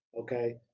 okay